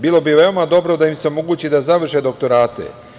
Bilo bi veoma dobro da im se omogući da završe doktorate.